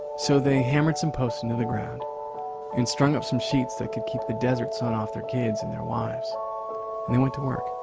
so they hammered some posts into the ground and strung up some sheets that could keep the desert sun off their kids and their wives and they went to work.